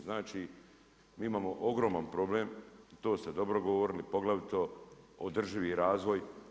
Znači mi imamo ogroman problem, to ste dobro govorili poglavito održivi razvoj.